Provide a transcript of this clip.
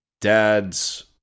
dad's